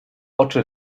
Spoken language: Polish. oczy